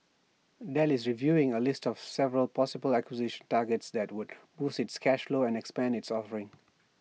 Dell is reviewing A list of several possible acquisition targets that would boost its cash flow and expand its offerings